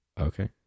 Okay